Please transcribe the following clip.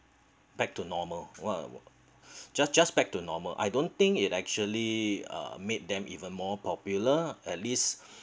back to normal one just just back to normal I don't think it actually uh made them even more popular at least